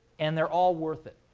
and they're all worth it.